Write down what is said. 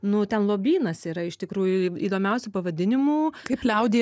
nu ten lobynas yra iš tikrųjų įdomiausių pavadinimų kaip liaudyje